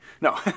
No